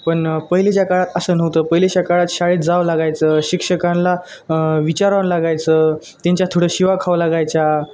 पण पहिलेच्या काळात असं नव्हतं पहिलेच्या काळात शाळेत जावं लागायचं शिक्षकांला विचाराव लागायचं त्यांच्या थोडं शिव्या खाव्या लागायचा